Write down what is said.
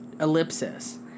Ellipsis